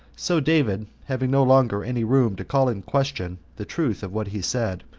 so david having no longer any room to call in question the truth of what he said,